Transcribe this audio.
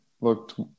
looked